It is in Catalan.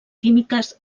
químiques